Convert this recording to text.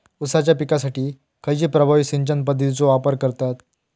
ऊसाच्या पिकासाठी खैयची प्रभावी सिंचन पद्धताचो वापर करतत?